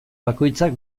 bakoitzak